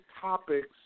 topics